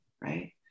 right